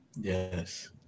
Yes